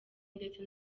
ndetse